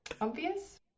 obvious